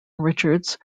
richards